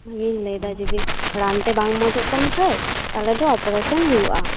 ᱚᱱᱟᱜᱤᱧ ᱞᱟ ᱭᱮᱫᱟ ᱡᱩᱫᱤ ᱨᱟᱱᱛᱮ ᱵᱟᱝ ᱢᱚᱸᱡᱚᱜ ᱛᱟᱢ ᱠᱷᱟᱱ ᱛᱟᱦᱚᱞᱮ ᱫᱚ ᱚᱯᱨᱮᱥᱚᱱ ᱦᱩᱭᱩᱜ ᱟ